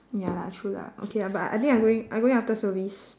ya lah true lah okay ah but I think I going I going after service